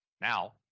Now